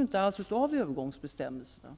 inte alls omfattas av övergångsbestämmelserna.